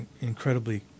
incredibly